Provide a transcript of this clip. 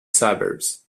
suburbs